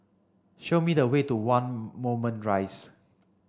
show me the way to one Moulmein Rise